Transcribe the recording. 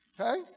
Okay